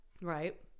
Right